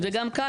וגם כאן,